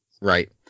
Right